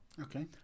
Okay